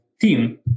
team